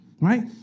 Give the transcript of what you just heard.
right